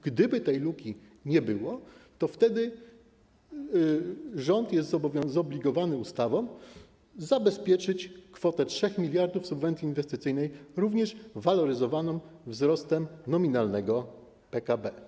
Gdyby tej luki nie było, to wtedy rząd jest zobligowany ustawą zabezpieczyć kwotę 3 mld zł subwencji inwestycyjnej również waloryzowaną wzrostem nominalnego PKB.